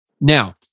Now